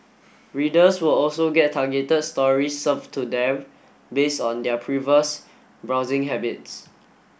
readers will also get targeted stories served to them based on their previous browsing habits